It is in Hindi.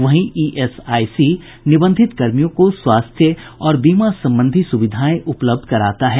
वहीं ईएसआईसी निबंधित कर्मियों को स्वास्थ्य और बीमा संबंधी सुविधाएं उपलब्ध कराता है